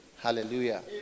hallelujah